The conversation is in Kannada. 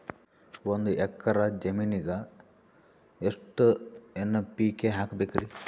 ಒಂದ್ ಎಕ್ಕರ ಜಮೀನಗ ಎಷ್ಟು ಎನ್.ಪಿ.ಕೆ ಹಾಕಬೇಕರಿ?